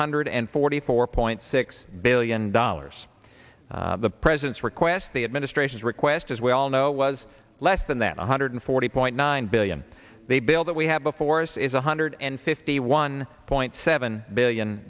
hundred forty four point six billion dollars the president's request the administration's request as we all know was less than that one hundred forty point nine billion the bill that we have before us is one hundred and fifty one point seven billion